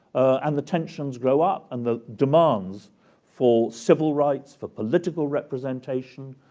and the tensions grow up and the demands for civil rights, for political representation,